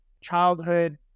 childhood